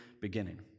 beginning